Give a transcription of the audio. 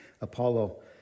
Apollo